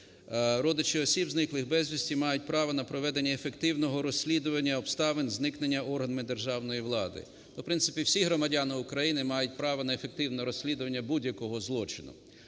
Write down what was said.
Родичі осіб, зниклих безвісти, мають право на проведення ефективного розслідування обставин зникнення органами державної влади. В принципі, всі громадяни України мають право на ефективне розслідування будь-якого злочину.